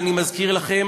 אני מזכיר לכם,